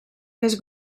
més